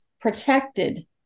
protected